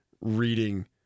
reading